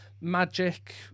magic